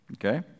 Okay